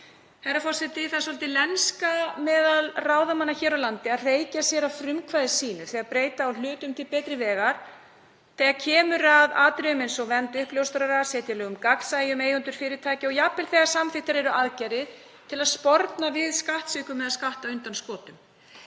Herra forseti. Það er svolítil lenska meðal ráðamanna hér á landi að hreykja sér af frumkvæði sínu þegar breyta á hlutum til betri vegar þegar kemur að atriðum eins og vernd uppljóstrara, að setja lög um gagnsæi um eigendur fyrirtækja og jafnvel þegar samþykktar eru aðgerðir til að sporna gegn skattsvikum eða skattundanskotum.